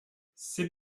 c’est